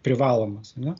privalomas ar ne